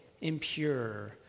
impure